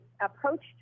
approached –